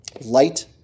Light